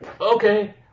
Okay